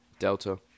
delta